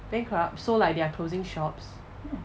bankrupt so like they are closing shops